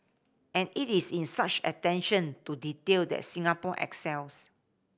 and it is in such attention to detail that Singapore excels